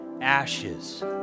ashes